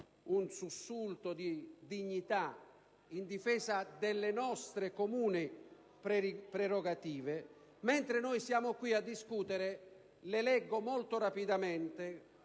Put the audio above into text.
un sussulto di dignità in difesa delle nostre comuni prerogative. Noi siamo qui a discutere, ma io vorrei leggere molto rapidamente